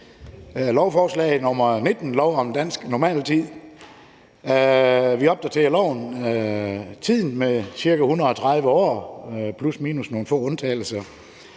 forslag til lov om dansk normaltid, handler om at opdatere loven om tid med ca. 130 år plus/minus nogle få undtagelser